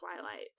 twilight